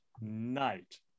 night